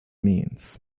means